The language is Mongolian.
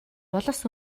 улс